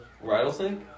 rattlesnake